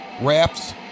wraps